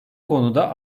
konuda